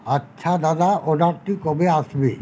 আচ্ছা দাদা অর্ডারটি কবে আসবে